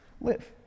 live